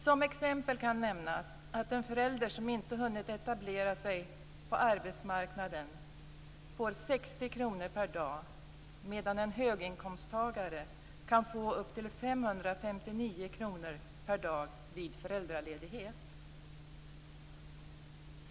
Som exempel kan nämnas att en förälder som inte hunnit etablera sig på arbetsmarknaden får 60 kr per dag, medan en höginkomsttagare kan få upp till 559 kr per dag vid föräldraledighet.